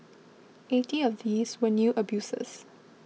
eighty of these were new abusers